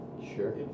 Sure